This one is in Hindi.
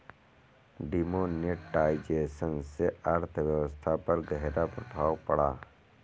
डिमोनेटाइजेशन से अर्थव्यवस्था पर ग़हरा प्रभाव पड़ा